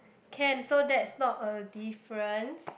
can so that's not a difference